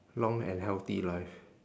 long and healthy life